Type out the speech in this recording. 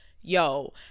Yo